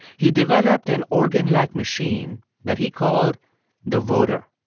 he developed an organ-like machine that he called the voder.